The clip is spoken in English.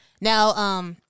Now